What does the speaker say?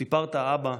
סיפרת, אבא,